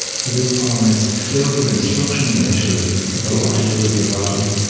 so this poem is filled with instructions, initially, about what to do with your body.